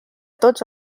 tots